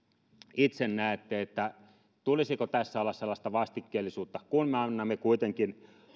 itse näette tulisiko tässä olla sellaista vastikkeellisuutta kun me annamme kuitenkin